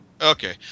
Okay